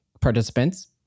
participants